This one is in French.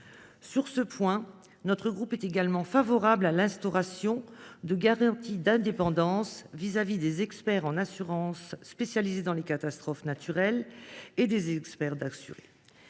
groupe Union Centriste est également favorable à l’instauration de garanties d’indépendance vis à vis des experts d’assurance spécialisés dans les catastrophes naturelles et des experts d’assurés.